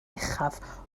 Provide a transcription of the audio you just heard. uchaf